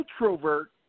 Introvert